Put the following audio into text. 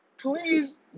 please